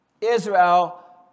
Israel